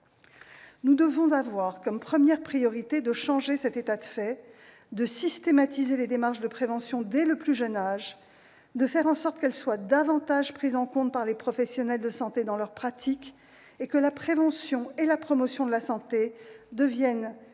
Nous devons avoir comme première priorité de changer cet état de fait, de systématiser les démarches de prévention dès le plus jeune âge, de faire en sorte qu'elles soient davantage prises en compte par les professionnels de santé dans leur pratique et que la prévention et la promotion de la santé deviennent une